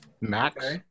Max